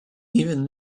even